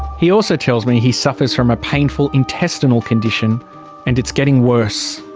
he also tells me he suffers from a painful intestinal condition and it's getting worse.